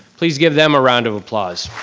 please give them a round of applause.